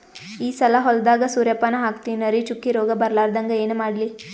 ಈ ಸಲ ಹೊಲದಾಗ ಸೂರ್ಯಪಾನ ಹಾಕತಿನರಿ, ಚುಕ್ಕಿ ರೋಗ ಬರಲಾರದಂಗ ಏನ ಮಾಡ್ಲಿ?